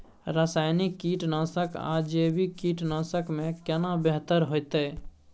रसायनिक कीटनासक आ जैविक कीटनासक में केना बेहतर होतै?